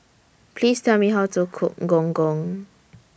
Please Tell Me How to Cook Gong Gong